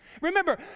Remember